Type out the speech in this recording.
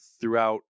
throughout